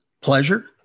pleasure